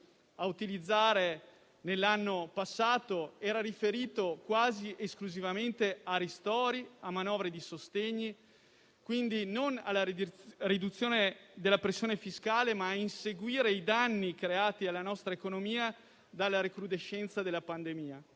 a utilizzare nell'anno passato era riferito quasi esclusivamente a ristori, a manovre di sostegno e quindi non alla riduzione della pressione fiscale, ma ad inseguire i danni creati alla nostra economia dalla recrudescenza della pandemia.